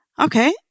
Okay